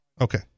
Okay